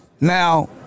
Now